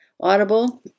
Audible